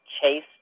Chase